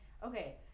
Okay